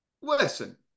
Listen